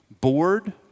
bored